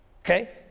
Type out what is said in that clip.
okay